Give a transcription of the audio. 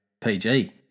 PG